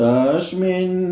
Tashmin